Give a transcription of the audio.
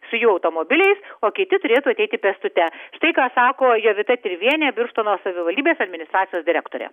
su jų automobiliais o kiti turėtų ateiti pėstute štai ką sako jovita tirvienė birštono savivaldybės administracijos direktorė